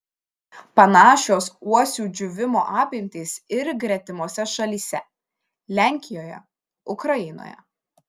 panašios uosių džiūvimo apimtys ir gretimose šalyse lenkijoje ukrainoje